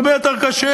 זה הרבה יותר קשה.